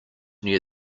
near